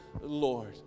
Lord